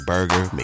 Burger